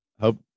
hope